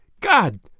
God